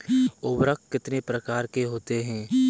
उर्वरक कितने प्रकार के होते हैं?